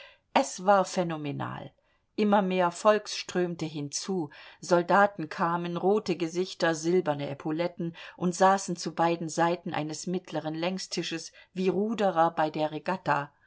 es war phänomenal immer mehr volks strömte hinzu soldaten kamen rote gesichter silberne epauletten und saßen zu beiden seiten eines mittleren längstisches wie ruderer bei der regatta